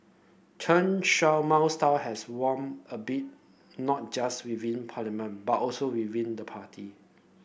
Chen Shaw Mao style has waned a bit not just within parliament but also within the party